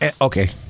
Okay